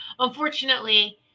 Unfortunately